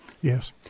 Yes